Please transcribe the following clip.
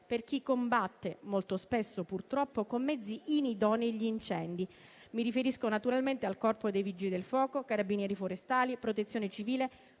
per chi combatte, molto spesso purtroppo con mezzi inidonei, gli incendi. Mi riferisco naturalmente al corpo dei Vigili del fuoco, Carabinieri forestali e Protezione civile,